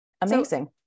Amazing